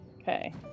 Okay